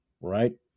right